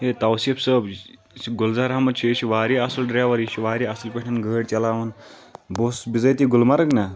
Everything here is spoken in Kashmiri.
ہے توصیٖف صٲب یُس یہِ گُلزار احمد چھُ یہِ چھُ واریاہ اصل ڈرایور یہِ چھُ واریاہ اصل پٲٹھۍ گٲڑۍ چلاوان بہٕ اوسُس بزٲتی گُلمرٕگ نہ